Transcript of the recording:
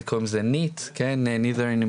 צעירים שלא